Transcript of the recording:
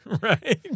Right